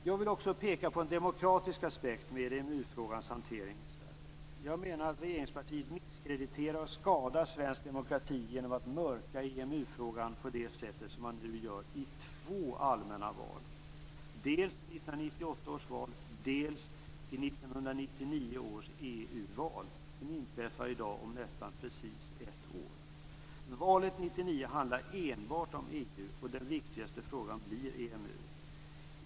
Jag vill också peka på en demokratisk aspekt med EMU-frågans hantering i Sverige. Jag menar att regeringspartiet misskrediterar och skadar svensk demokrati genom att mörka i EMU-frågan på det sätt som man nu gör i två allmänna val, dels i 1998 års riksdagsval, dels i 1999 års EU-val som inträffar om nästan precis ett år. Valet 1999 handlar enbart om EU, och den viktigaste frågan blir EMU.